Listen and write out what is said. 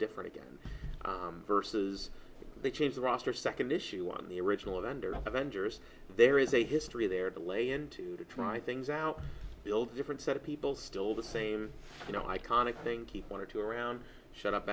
different again versus they change the roster second issue on the original under avengers there is a history there to lay in to try things out build a different set of people still the same you know iconic thing keep one or two around shut up